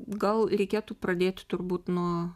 gal reikėtų pradėt turbūt nuo